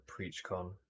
PreachCon